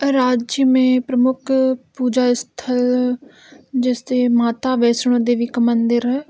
राज्य में प्रमुख पूजा स्थल जैसे माता वैष्णो देवी का मंदिर है